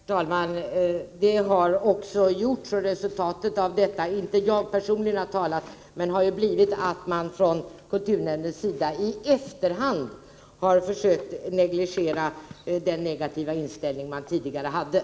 Herr talman! Det har också gjorts, om än inte av mig personligen. Resultatet av detta har blivit att man från kulturnämndens sida i efterhand försökt negligera den negativa inställning man tidigare haft.